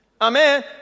Amen